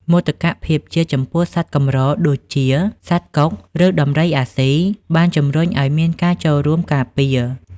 មោទកភាពជាតិចំពោះសត្វកម្រ ដូចជាសត្វកុក ឬដំរីអាស៊ី បានជំរុញឱ្យមានការចូលរួមការពារ។